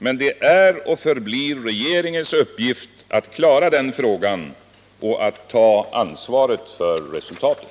Men det är och förblir regeringens uppgift att klara den frågan och ta ansvaret för resultatet.